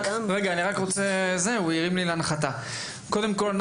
קודם כל,